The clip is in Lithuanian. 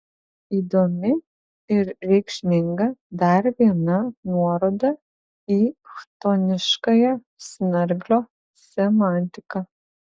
įdomi ir reikšminga dar viena nuoroda į chtoniškąją snarglio semantiką